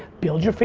build your,